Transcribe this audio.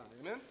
Amen